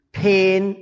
pain